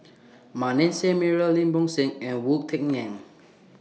Manasseh Meyer Lim Bo Seng and Wu Tsai Yen